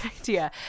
idea